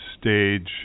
stage